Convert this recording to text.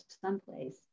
someplace